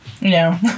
No